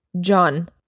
John